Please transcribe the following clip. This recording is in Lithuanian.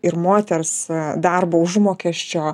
ir moters darbo užmokesčio